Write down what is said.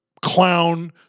clown